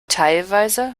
teilweise